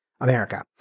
America